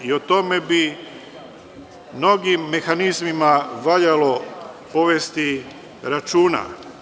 O tome bi mnogim mehanizmima valjalo povesti računa.